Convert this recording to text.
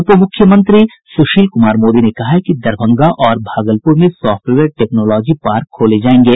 उप मुख्यमंत्री सुशील कुमार मोदी ने कहा है कि दरभंगा और भागलपुर में सॉफ्टवेयर टेक्नोलॉजी पार्क खोले जायेंगे